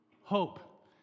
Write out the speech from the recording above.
hope